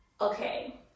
okay